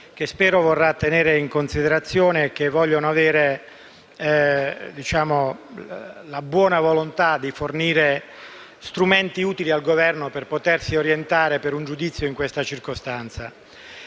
che spero vorrà tenere in considerazione, con la buona volontà di fornire strumenti utili al Governo per potersi orientare a fornire un giudizio in questa circostanza.